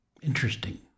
interesting